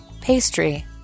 Pastry